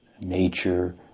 nature